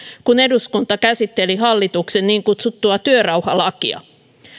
kun eduskunta käsitteli hallituksen niin kutsuttua työrauhalakia